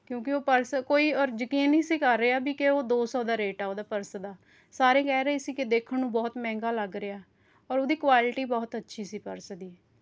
ਕਿਉਂਕਿ ਉਹ ਪਰਸ ਕੋਈ ਯਕੀਨ ਨਹੀਂ ਸੀ ਕਰ ਰਿਹਾ ਕਿ ਵੀ ਉਹ ਦੋ ਸੌ ਦਾ ਰੇਟ ਆ ਉਹਦਾ ਪਰਸ ਦਾ ਸਾਰੇ ਕਹਿ ਰਹੇ ਸੀ ਕਿ ਦੇਖਣ ਨੂੰ ਬਹੁਤ ਮਹਿੰਗਾ ਲੱਗ ਰਿਹਾ ਔਰ ਉਹਦੀ ਕੁਆਲਿਟੀ ਬਹੁਤ ਅੱਛੀ ਸੀ ਪਰਸ ਦੀ